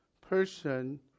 person